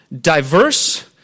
diverse